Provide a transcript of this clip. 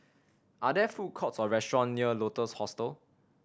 are there food courts or restaurants near Lotus Hostel